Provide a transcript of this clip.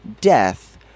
death